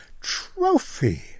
trophy